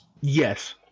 Yes